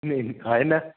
ഇല്ലേ അതെന്താണ്